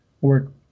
work